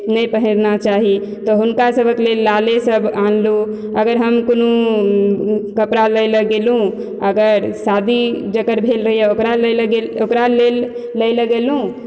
नहि पहिरना चाही तऽ हुनका सबहक लेल लाले सब आनलहुँ अगर हम कोनो कपड़ा लै लऽ गेलहुँ अगर शादी जकर भेल रहइए ओकरा लै लऽ ओकरा लेल लै लऽ गेलहुं